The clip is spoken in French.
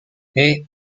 hey